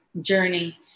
journey